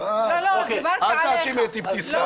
אל תאשימי את אבתיסאם.